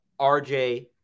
RJ